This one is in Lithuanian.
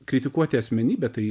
kritikuoti asmenybę tai